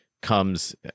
comes